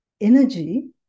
energy